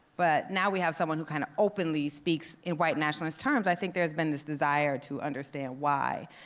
but now we have someone who kind of openly speaks in white nationalist terms, i think there has been this desire to understand why.